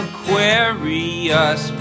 Aquarius